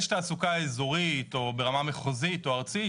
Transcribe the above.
יש תעסוקה אזורית או ברמה מחוזית או ארצית,